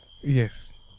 Yes